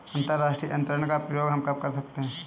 अंतर्राष्ट्रीय अंतरण का प्रयोग हम कब कर सकते हैं?